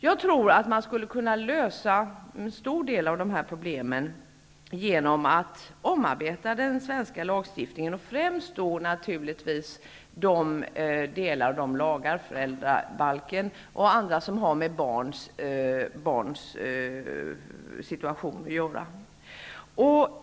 Jag tror att man skulle kunna lösa en stor del av dessa problem genom att omarbeta den svenska lagstiftningen, framför allt de delar av lagar, bl.a. i föräldrabalken, som har med barns situation att göra.